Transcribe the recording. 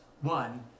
one